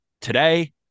Today